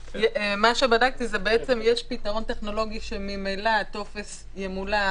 זה כמו בתאגידים וגם תקופות הזמן הם כמו בתאגידים.